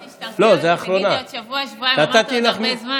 תודה רבה לסגן